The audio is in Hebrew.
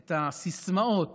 את הסיסמאות